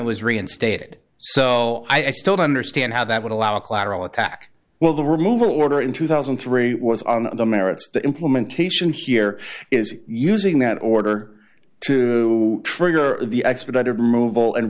it was reinstated so i still don't understand how that would allow a collateral attack well the removal order in two thousand and three was on the merits the implementation here is using that order to trigger the expedited removal and